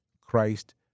Christ